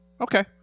Okay